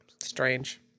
Strange